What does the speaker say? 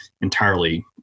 entirely